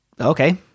okay